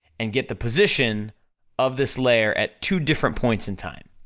and get the position of this layer at two different points in time.